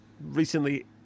recently